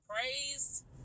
praise